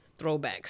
throwbacks